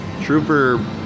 Trooper